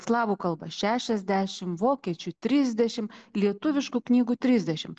slavų kalba šešiasdešim vokiečių trisdešim lietuviškų knygų trisdešimt